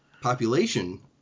population